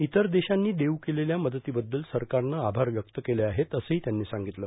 इतर देशांनी देऊ केलेल्या मदतीबद्दल सरकारनं आभार व्यक्त केले आहेत असंही त्यांनी सांगितलं